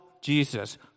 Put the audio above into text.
Jesus